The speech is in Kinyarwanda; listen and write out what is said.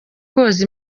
koza